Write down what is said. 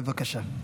בבקשה.